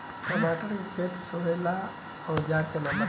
टमाटर के खेत सोहेला औजर के नाम बताई?